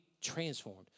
transformed